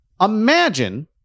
Imagine